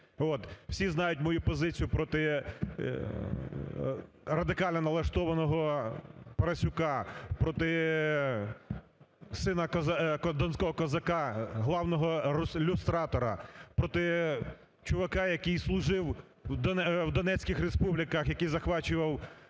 Всі знають мою позицію проти радикально налаштованого Парасюка, проти сина донського козака, главного люстратора, проти чувака, який служив в Донецьких республіках, який захвачував